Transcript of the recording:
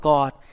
God